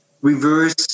reverse